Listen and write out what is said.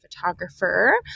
photographer